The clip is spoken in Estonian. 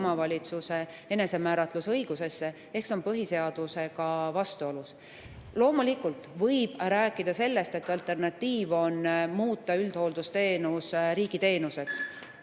omavalitsuse enesemääratlusõigusesse. See on põhiseadusega vastuolus. Loomulikult võib rääkida sellest, et alternatiiv on muuta üldhooldusteenus riigi teenuseks,